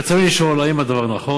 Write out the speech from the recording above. רצוני לשאול: 1. האם הדבר נכון?